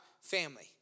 Family